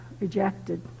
rejected